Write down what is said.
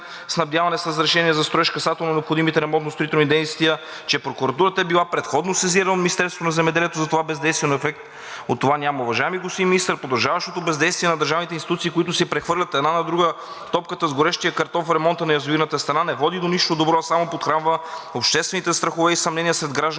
снабдяване с разрешение за строеж касателно необходимите ремонтно-строителни дейности, че прокуратурата е била предходно сезирана от Министерството на земеделието за това бездействие, но ефект от това няма. Уважаеми господин министър, продължаващото бездействие на държавните институции, които си прехвърлят една на друга топката с горещия картоф – ремонтът на язовирната стена, не води до нищо добро, а само подхранва обществените страхове и съмнения сред гражданите